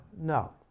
no